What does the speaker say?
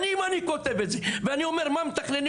שנים אני כותב את זה ואני אומר מה מתכננים,